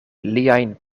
liajn